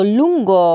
lungo